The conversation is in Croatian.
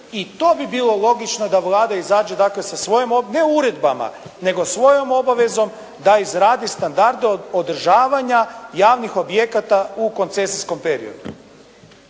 I to bi bilo logično da Vlada izađe dakle sa svojom, ne uredbama, nego svojom obavezom da izradi standarde održavanja javnih objekata u koncesijskom periodu.